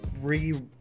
re